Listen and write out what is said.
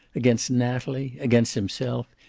against natalie, against himself,